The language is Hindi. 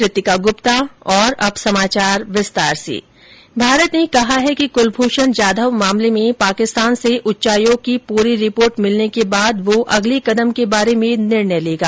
भारत ने कहा है कि कुलभूषण जाधव मामले में पाकिस्तान से उच्चायोग की पूरी रिपोर्ट मिलने के बाद वो अगले कदम के बारे में निर्णय लेगा